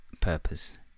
purpose